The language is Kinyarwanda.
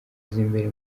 z’imbere